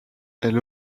elle